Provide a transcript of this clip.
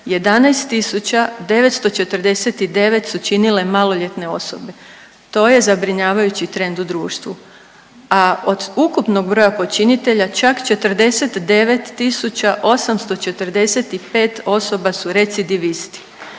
11 949 su činile maloljetne osobe. To je zabrinjavajući trend u društvu, a od ukupnog broja počinitelja, čak 49 845 osoba su recidivisti.